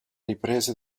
riprese